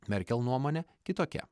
merkel nuomonė kitokia